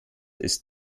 ist